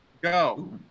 go